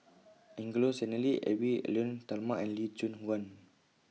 Angelo Sanelli Edwy Lyonet Talma and Lee Choon Guan